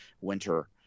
winter